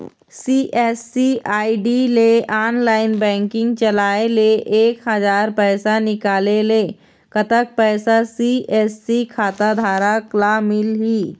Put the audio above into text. CSC ID ले online banking चलाए ले एक हजार पैसा निकाले ले कतक पैसा सी.एस.सी खाता धारक ला मिलही?